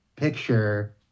picture